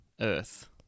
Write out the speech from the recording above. Earth